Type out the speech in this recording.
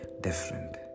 different